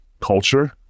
culture